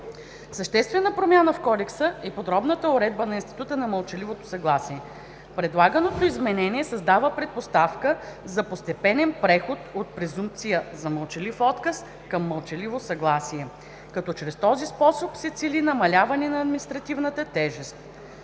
Съществена промяна в кодекса е подробната уредба на института на мълчаливото съгласие. Предлаганото изменение създава предпоставка за постепенен преход от презумпция за мълчалив отказ към мълчаливо съгласие, като чрез този способ се цели намаляване на административната тежест.